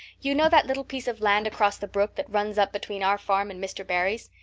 you know that little piece of land across the brook that runs up between our farm and mr. barry's.